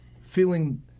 feeling